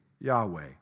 Yahweh